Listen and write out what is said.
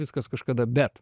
viskas kažkada bet